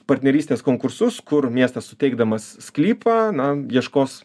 partnerystės konkursus kur miestas suteikdamas sklypą na ieškos